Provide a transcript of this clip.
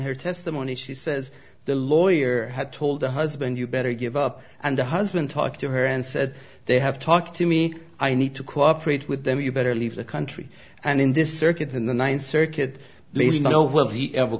her testimony she says the lawyer had told her husband you better give up and the husband talked to her and said they have talked to me i need to cooperate with them you better leave the country and in this circuit in the ninth circuit l